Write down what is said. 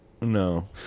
No